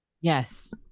yes